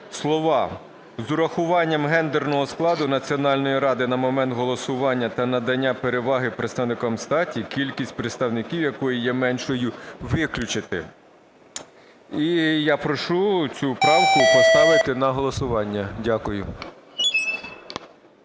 слова "з урахуванням гендерного складу Національної ради на момент голосування та надання переваги представникам статі, кількість представників якої є меншою" виключити. І я прошу цю правку поставити на голосування. Дякую.